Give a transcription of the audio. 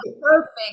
perfect